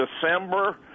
December